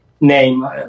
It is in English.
name